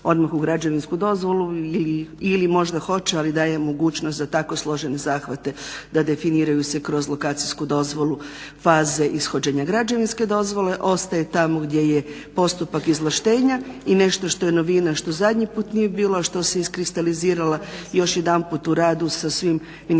odmah u građevinsku dozvolu ili možda hoće ali daje mogućnost za tako složene zahvate da definiraju se kroz lokacijsku dozvolu faze za ishođenje građevinske dozvole ostaje tamo gdje je postupak izvlaštenja. I nešto što je novina što zadnji put nije bilo, a što se iskristalizirala još jedanput u radu sa svim ministarstvima